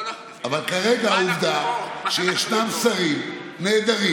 שמנצלים ממסדים פוליטיים